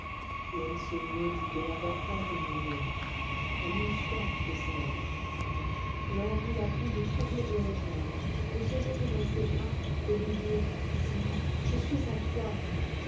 et elle se maudit de n'avoir pas aimé léon elle eut soif de ses lèvres l'envie la prit de courir le rejoindre de se jeter dans ses bras de lui dire c'est moi je suis à toi